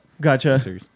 Gotcha